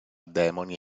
demoni